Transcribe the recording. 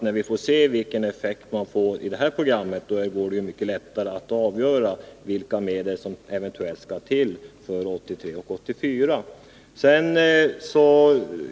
När vi får se vilken effekt programmet får går det mycket lättare att avgöra vilka medel som eventuellt måste anslås för 1983 och 1984.